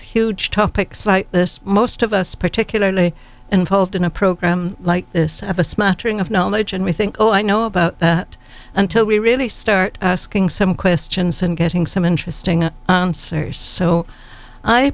huge topics like this most of us particularly involved in a program like this have a smattering of knowledge and we think oh i know about that until we really start asking some questions and getting some interesting answers so i